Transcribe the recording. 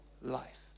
life